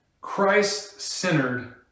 Christ-centered